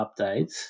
updates